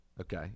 Okay